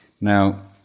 Now